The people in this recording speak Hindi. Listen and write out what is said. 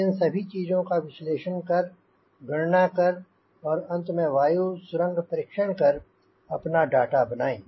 इन सभी चीजों का विश्लेषण कर गणना कर और अंत में वायु सुरंग परीक्षण करें अपना डाटा बनाएंँ